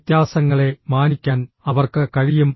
വ്യത്യാസങ്ങളെ മാനിക്കാൻ അവർക്ക് കഴിയും